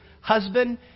Husband